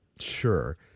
sure